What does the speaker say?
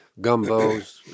Gumbos